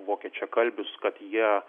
vokiečiakalbius kad jie